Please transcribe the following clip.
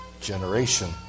generation